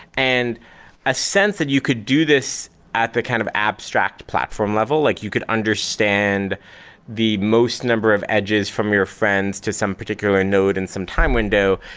and a sense that you could do this at the kind of abstract platform level like you could understand the most number of edges from your friends to some particular node and some time window.